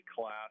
class